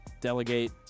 delegate